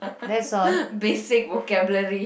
that's all